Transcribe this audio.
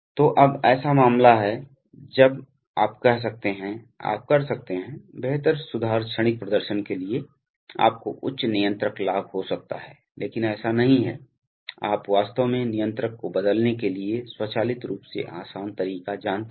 तो अब ऐसा मामला है जब आप कह सकते हैं आप कर सकते हैं बेहतर सुधार क्षणिक प्रदर्शन के लिए आपको उच्च नियंत्रक लाभ हो सकता है लेकिन ऐसा नहीं है आप वास्तव में नियंत्रक को बदलने के लिए स्वचालित रूप से आसान तरीका जानते हैं